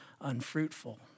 unfruitful